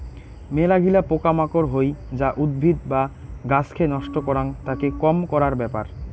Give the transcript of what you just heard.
মেলাগিলা পোকা মাকড় হই যা উদ্ভিদ বা গাছকে নষ্ট করাং, তাকে কম করার ব্যাপার